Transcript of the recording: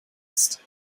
ist